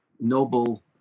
noble